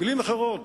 במלים אחרות,